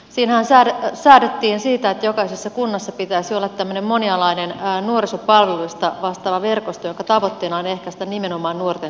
siinähän säädettiin siitä että jokaisessa kunnassa pitäisi olla tällainen monialainen nuorisopalveluista vastaava verkosto jonka tavoitteena on ehkäistä nimenomaan nuorten syrjäytymistä